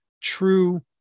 true